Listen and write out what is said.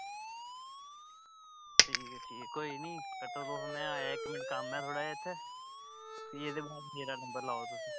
ठीक ऐ ठीक ऐ कोई निं कट्टो तुस में आया इक मैंट्ट कम्म कम्म ऐ थोह्ड़ा जेहा इत्थें फ्ही एह्दे बाद मेरा नंबर लाओ तुस